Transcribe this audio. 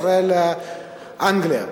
ישראל אנגליה,